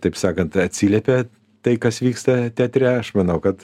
taip sakant atsiliepia tai kas vyksta teatre aš manau kad